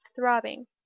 throbbing